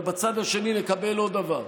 אבל בצד השני נקבל עוד דבר: